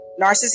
narcissism